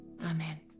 Amen